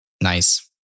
Nice